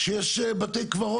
יש מספר של כמה עשרות בודדות.